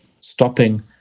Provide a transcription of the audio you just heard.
stopping